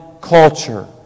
culture